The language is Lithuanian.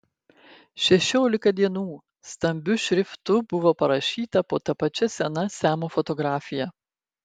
šešiolika dienų stambiu šriftu buvo parašyta po ta pačia sena semo fotografija